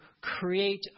create